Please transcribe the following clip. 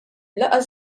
laqgħa